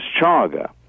Chaga